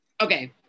Okay